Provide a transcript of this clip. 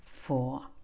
four